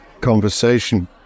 conversation